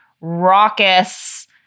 raucous